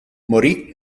morì